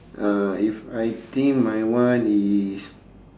uh if I think my one is